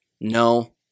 No